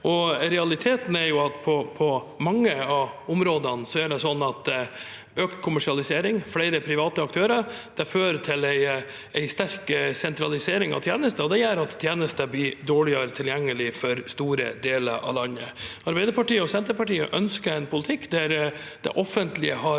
Realiteten er at på mange av områdene fører økt kommersialisering, flere private aktører, til en sterk sentralisering av tjenester. Det gjør at tjenester blir mindre tilgjengelig for sto re deler av landet. Arbeiderpartiet og Senterpartiet ønsker en politikk der det offentlige har